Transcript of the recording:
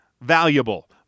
valuable